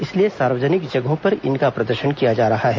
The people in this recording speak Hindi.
इसलिए सार्वजनिक जगहों पर इनका प्रदर्शन किया जा रहा है